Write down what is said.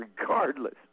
regardless